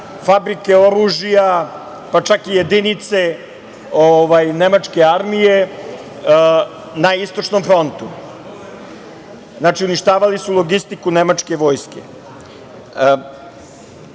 fabrike oružja, pa čak i jedinice nemačke armije na Istočnom frontu. Znači, uništavali su logistiku nemačke vojske. Svi